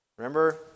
Remember